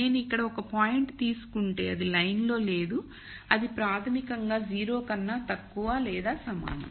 నేను ఇక్కడ ఒక పాయింట్ తీసుకుంటే అది లైన్లో లేదు అది ప్రాథమికంగా 0 కన్నా తక్కువ లేదా సమానం